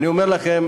אני אומר לכן,